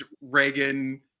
Reagan